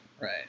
right